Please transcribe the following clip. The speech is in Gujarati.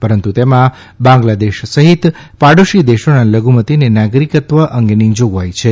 પરંતુ તેમાં બાંગ્લાદેશ સહિત પડોશી દેશોના લધુમતિને નાગરિત્વ અંગે જાગવાઇ છે